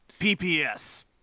PPS